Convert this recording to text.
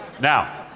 Now